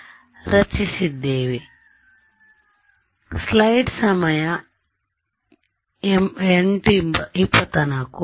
ವಿದ್ಯಾರ್ಥಿ ಎಲ್ಲೋ ಹೊಂದಿರುವ ಮ್ಯಾಕ್ಸ್ವೆಲ್ನMaxwell's ಸಮೀಕರಣಗಳ ಆರಂಭಿಕ ಸೆಟ್